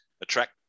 attract